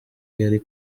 yari